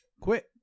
quit